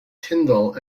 tyndall